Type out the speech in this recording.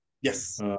Yes